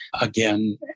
again